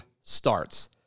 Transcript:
starts